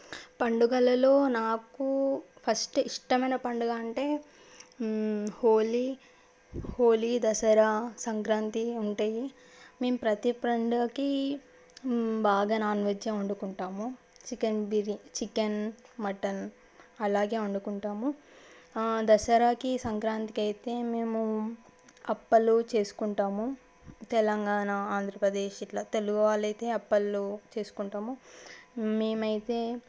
పండుగలలో నాకు ఫస్ట్ ఇష్టమైన పండగ అంటే హోలీ హోలీ దసరా సంక్రాంతి ఉంటాయి మేము ప్రతీ ప్రండగకీ బాగా నాన్ వెజ్జే వండుకుంటాము చికెన్ బిరియాని చికెన్ మటన్ అలాగే వండుకుంటాము దసరాకి సంక్రాంతికి అయితే మేము అప్పాలు చేసుకుంటాము తెలంగాణ ఆంధ్రప్రదేశ్ ఇట్లా తెలుగు వాళ్ళు అయితే అప్పాలు చేసుకుంటాము మేము అయితే